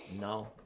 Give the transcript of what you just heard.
No